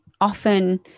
often